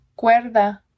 Cuerda